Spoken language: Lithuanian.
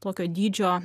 tokio dydžio